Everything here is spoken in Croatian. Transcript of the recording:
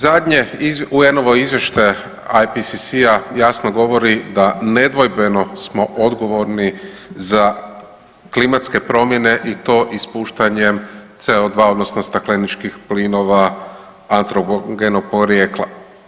Zadnje UN-ovo izvješće IPSS-a jasno govori da nedvojbeno smo odgovorni za klimatske promjene i to ispuštanjem CO2, odnosno stakleničkih plinova antrogenog porijekla.